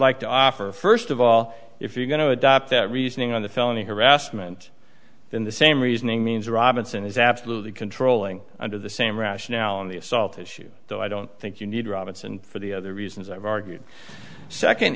like to offer first of all if you're going to adopt that reasoning on the felony harassment then the same reasoning means robinson is absolutely controlling under the same rationale and the assault issue though i don't think you need robinson for the other reasons i've argued second